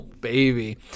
baby